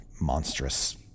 monstrous